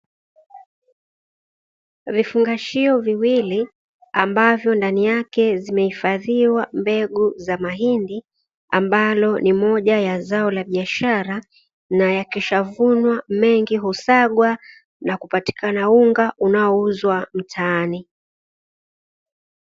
Vifungashio viwili ambavyo ndani yake zimehifadhiwa mbegu za mahindi, ambalo ni moja ya zao la biashara, na yakishavunwa mengi husagwa na kupatikana unga unaouzwa mtaani.